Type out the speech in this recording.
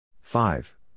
Five